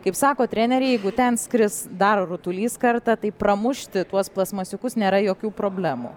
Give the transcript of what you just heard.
kaip sako treneriai jeigu ten skris dar rutulys kartą tai pramušti tuos plastmasiukus nėra jokių problemų